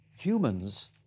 Humans